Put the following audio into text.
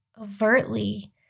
overtly